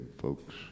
folks